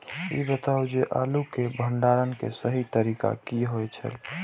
ई बताऊ जे आलू के भंडारण के सही तरीका की होय छल?